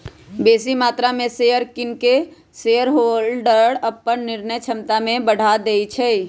बेशी मत्रा में शेयर किन कऽ शेरहोल्डर अप्पन निर्णय क्षमता में बढ़ा देइ छै